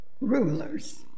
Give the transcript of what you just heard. rulers